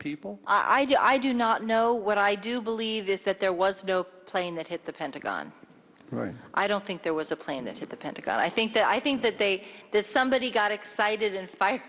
people i do i do not know what i do believe is that there was no plane that hit the pentagon i don't think there was a plane that hit the pentagon i think that i think that they this somebody got excited and fi